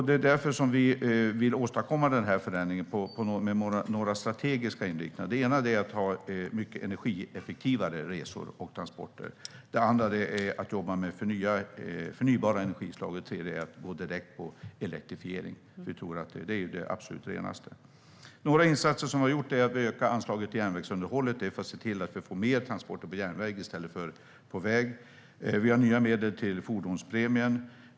Det är därför vi vill åstadkomma den här förändringen genom några strategiska inriktningar. Det ena är att ha mycket energieffektivare resor och transporter. Det andra är att jobba med förnybara energislag. Det tredje är att gå direkt på elektrifiering, som är det absolut renaste. Några insatser som vi har gjort är att öka anslaget till järnvägsunderhållet för att se till att vi får fler transporter på järnväg i stället för på väg. Vi har nya medel till fordonspremien.